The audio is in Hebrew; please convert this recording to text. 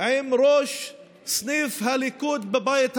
עם ראש סניף הליכוד בבית הלבן,